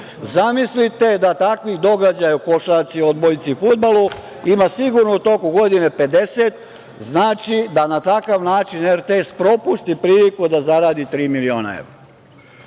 Zamislite da takvih događaja u košarci, odbojci, fudbalu, ima sigurno u toku godine 50, znači da na takav način RTS propusti priliku da zaradi tri miliona evra.